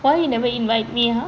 why you never invite me ah